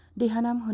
the head um on